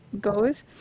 goes